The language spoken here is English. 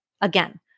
again